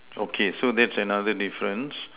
okay so that's another difference